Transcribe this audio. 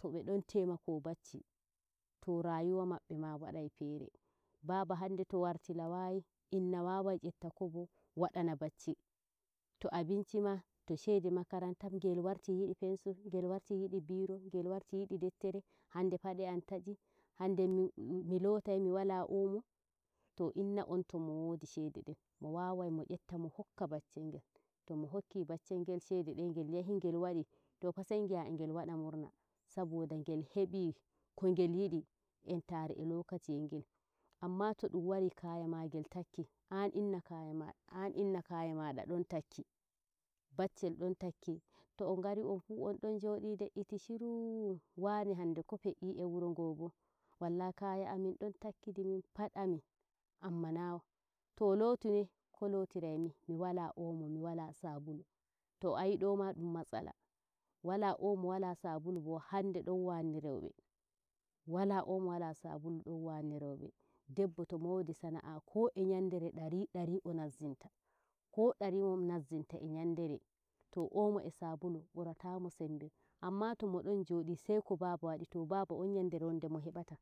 to ɓedon taimako bacci to rayuwa mabbe ma wadai fere baaba hande to earilowai inna wawai nyetta kobo wadana bacci to abincima to shede makaranta ma ngel warti yidi pensir ngel yidu biro ngel warti yidi dettere hande pade am tayi hande milotai miwala omo too ina on tomo wodi shede den mo wawai mo yetta mo hokka baccel ngel tomo hokki baccel ngel shede ngel yehi ngel wadi to fa sai gi'ah e ngel wada murna saboda ngel hebi ko ngel yidi entare e lokaciyel ngel amma todum wari kaya magel takki an inna kayama don takki baccel don takki to on ngari on fuu ondon jodi de'iti shiru wane hande ko fe'i e wuro ngo bo wallahi kaya amin don takkidi min pat amin ammana to lotu ne ko lotiraimi miwala omo mo wala sabulu to ai doyma dum matsala wala omo wala sabulu bo hande don wanni rowbe. debbo tomo wodi sana'a ko e nyandere dari dari o nazzinta ko dari o nazzinta e nyandere to omo e sabulu buratamo sembe amma to mo jodi saiko baaba wadi to baba on yandere wonde mo hebata